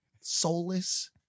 soulless